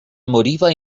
moriva